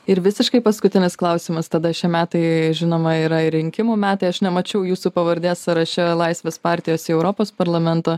ir visiškai paskutinis klausimas tada šie metai žinoma yra ir rinkimų metai aš nemačiau jūsų pavardės sąraše laisvės partijos į europos parlamento